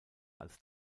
als